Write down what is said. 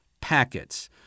packets